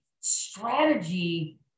strategy